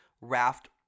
raft